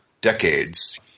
decades